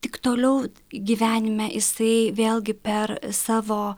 tik toliau gyvenime jisai vėlgi per savo